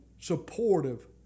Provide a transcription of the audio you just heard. supportive